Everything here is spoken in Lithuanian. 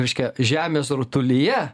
reiškia žemės rutulyje